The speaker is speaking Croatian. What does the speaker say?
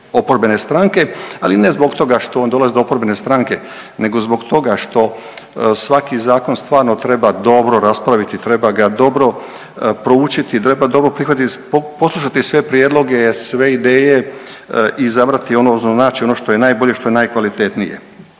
oporbene stranke, ali ne zbog toga što on dolazi od oporbene stranke nego zbog toga što svaki zakon stvarno treba dobro raspraviti, treba ga dobro proučiti, treba dobro prihvatiti, poslušati sve prijedloge, sve ideje i izabrati odnosno naći ono što je najbolje, što je najkvalitetnije